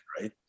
right